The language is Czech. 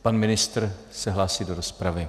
Pan ministr se hlásí do rozpravy.